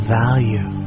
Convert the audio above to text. value